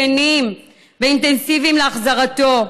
כנים ואינטנסיביים להחזרתו.